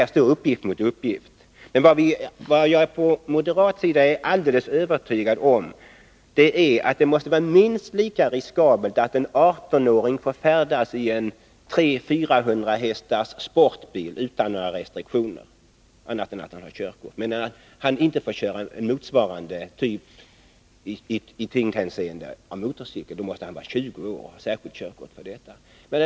Här står uppgift mot uppgift. Jag är alldeles övertygad om att det måste vara minst lika riskabelt att låta en 18-åring färdas i en 300-400-hästars sportbil utan andra restriktioner än körkort som att han får köra motsvarande tunga motorcykel. Då måste han vara 20 år och ha särskilt körkort för detta.